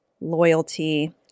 loyalty